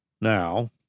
Now